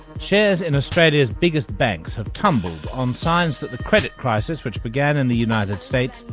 shares in australia's biggest banks have tumbled on signs that the credit crisis, which began in the united states,